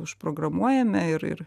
užprogramuojame ir ir